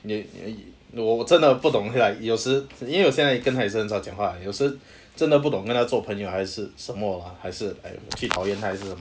我真的很不懂 like 有时因为我现在跟她很少讲话有时真的不懂跟她做朋友还是什么 lah 还是 !aiya! 去讨厌她还是什么